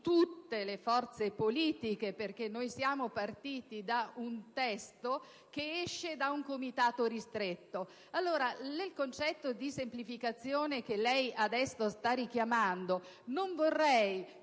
tutte le forze politiche, perché noi siamo partiti da un testo che esce da un Comitato ristretto. Allora, nel concetto di semplificazione che lei adesso sta richiamando, non vorrei